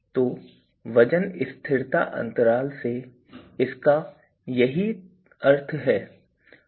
तो वजन स्थिरता अंतराल से इसका यही अर्थ है